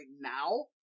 now